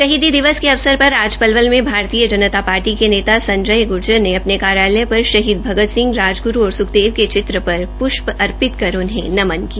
शहीदी दिवस के अवसर पर आज पलवल में भारतीय जनता पार्टी के नेता संजय ग्र्जर ने अपने कार्यालय पर शहीद भगत सिंह राजग्रू और स्ख्देव के चित्र पर प्ष्प अर्पित कर उन्हें नमन किया